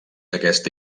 aquesta